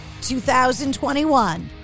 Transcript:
2021